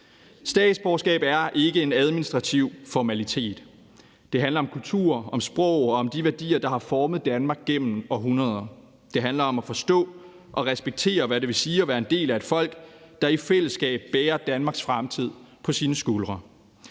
Statsborgerskab er ikke en administrativ formalitet. Det handler om kultur, om sprog og om de værdier, der har formet Danmark gennem århundreder. Det handler om at forstå og respektere, hvad det vil sige at være en del af et folk, der i fællesskab bærer Danmarks fremtid på sine skuldre.